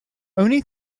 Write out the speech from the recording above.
only